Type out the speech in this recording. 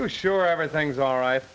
are sure everything's all right